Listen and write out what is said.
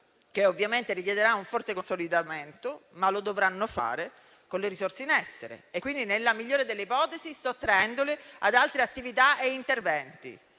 che ovviamente richiederà un forte consolidamento, ma lo dovranno fare con le risorse in essere, quindi, nella migliore delle ipotesi, sottraendole ad altre attività e interventi.